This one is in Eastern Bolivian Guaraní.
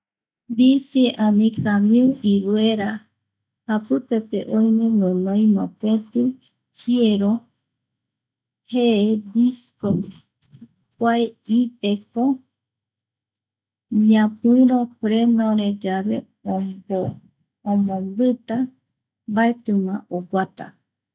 Bici ani camiu iruera, japipe oime guinoi mopeti jiero, jee disco kua ipe ko. Ñapiro freno re yave omombita, mbaetima oguata.